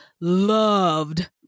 loved